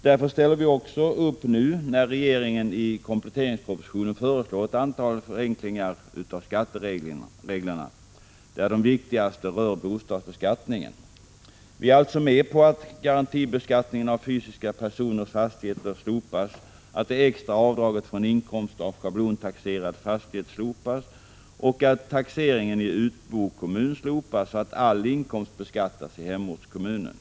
Därför ställer vi också upp när nu regeringen i kompletteringspropositionen föreslår ett antal förenklingar av skattereglerna, där de viktigaste rör bostadsbeskattningen. Vi är alltså med på att garantibeskattningen av fysiska personers fastigheter slopas, att det extra avdraget från inkomst av schablontaxerad fastighet slopas samt att taxeringen i utbokommun slopas så att all inkomst beskattas i hemortskommunen.